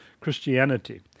Christianity